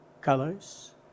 colors